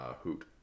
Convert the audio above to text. hoot